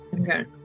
okay